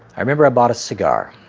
i remember i bought a cigar.